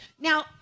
Now